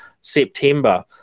september